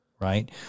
right